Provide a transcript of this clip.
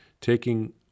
taking